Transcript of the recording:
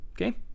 Okay